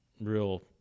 real